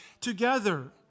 together